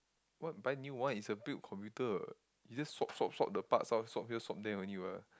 what buy new one it's a built computer you just swap swap swap the parts all swap here swap there only [what]